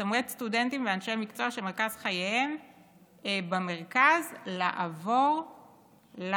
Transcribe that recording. לתמרץ סטודנטים ואנשי מקצוע שמרכז חייהם במרכז לעבור לפריפריה.